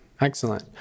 Excellent